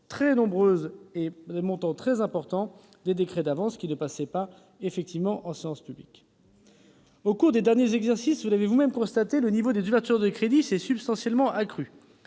très nombreux et d'un montant très important, qui ne passaient pas en séance publique. Au cours des derniers exercices, vous l'avez vous-même constaté, le niveau des ouvertures de crédits s'est substantiellement accru,